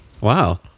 Wow